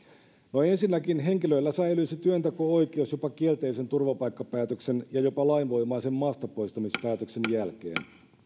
no ensinnäkin henkilöllä säilyisi työnteko oikeus jopa kielteisen turvapaikkapäätöksen ja jopa lainvoimaisen maastapoistamispäätöksen jälkeen